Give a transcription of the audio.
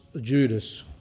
Judas